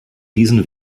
diesen